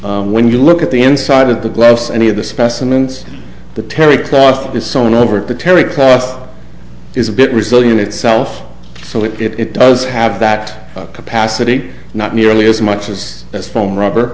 padding when you look at the inside of the gloves any of the specimens the terrycloth is someone over the terry cloth is a bit resilient itself so if it does have that capacity not nearly as much as this foam rubber